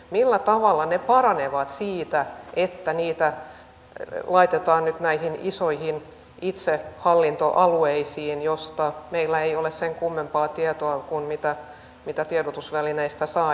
millä tavalla ne paranevat siitä että ne laitetaan nyt näihin isoihin itsehallintoalueisiin joista meillä ei ole sen kummempaa tietoa kuin mitä tiedotusvälineistä saa